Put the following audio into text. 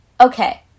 okay